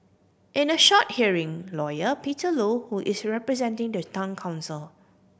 in a short hearing Lawyer Peter Low who is representing the Town Council